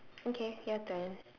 okay your turn